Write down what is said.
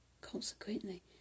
consequently